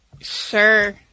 sure